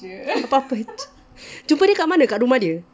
apa-apa jer jumpa dia kat mana kat rumah dia